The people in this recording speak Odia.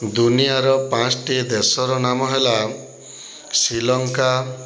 ଦୁନିଆର ପାଞ୍ଚୋଟି ଦେଶର ନାମ ହେଲା ଶ୍ରୀଲଙ୍କା